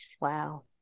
Wow